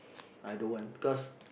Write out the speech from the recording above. I don't want because